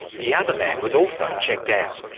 the other man was also checked out.